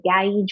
gauge